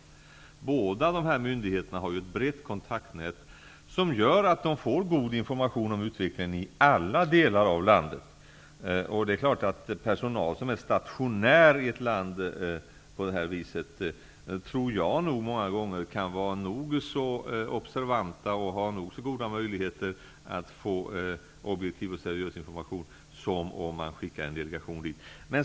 Båda dessa myndigheter har ett brett kontaktnät som gör att de får god information om utvecklingen i alla delar av landet. Personal som är stationerad där borta kan många gånger vara nog så observant och ha nog så goda möjligheter att få objektiv och seriös information som en delegation som man sänder dit.